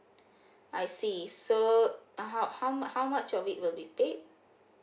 I see so uh how how much how much of it will be paid